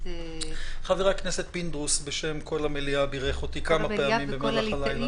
חבר הכנסת פינדרוס בשם כל המליאה בירך אותי כמה פעמים במהלך הלילה.